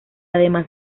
además